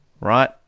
right